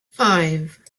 five